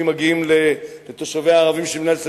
מגיעים לתושביה הערבים של מדינת ישראל,